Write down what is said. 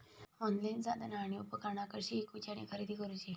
Online साधना आणि उपकरणा कशी ईकूची आणि खरेदी करुची?